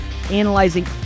analyzing